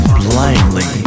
blindly